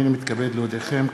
הנני מתכבד להודיעכם,